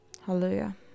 Hallelujah